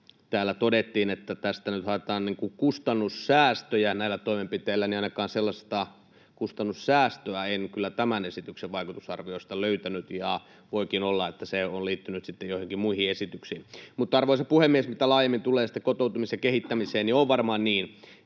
täällä todettiin, että tästä nyt haetaan kustannussäästöjä näillä toimenpiteillä, niin ainakaan sellaista kustannussäästöä en kyllä tämän esityksen vaikutusarviosta löytänyt, ja voikin olla, että se on liittynyt sitten joihinkin muihin esityksiin. Arvoisa puhemies! Mitä sitten laajemmin tulee kotoutumisen kehittämiseen, on varmaan niin,